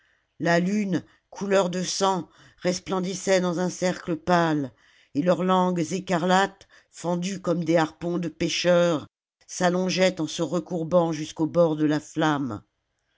la lune couleur de sang resplendissait dans un cercle pâle et leurs langues écarlates fendues comme des harpons de pêcheurs s'allongeaient en se recourbant jusqu'au bord de la flamme